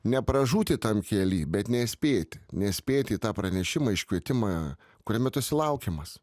nepražūti tam kely bet nespėti nespėti į tą pranešimą iškvietimą kuriame tu esi laukiamas